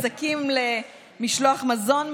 עסקים למשלוח מזון,